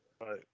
right